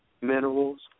minerals